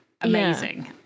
amazing